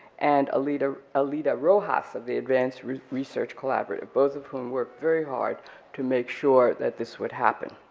and alida alida rojas of the advanced research collaborative, both of whom work very hard to make sure that this would happen.